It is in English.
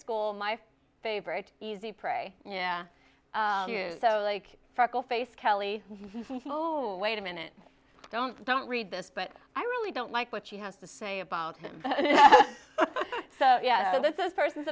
school my favorite easy prey yeah like farkle face kelly wait a minute don't don't read this but i really don't like what she has to say about him so yeah this is person's